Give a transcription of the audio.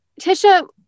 Tisha